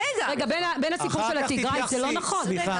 הסיפור של תיגראי זה לא נכון.